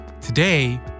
Today